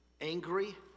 angry